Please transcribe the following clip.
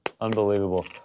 Unbelievable